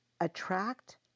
attract